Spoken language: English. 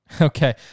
Okay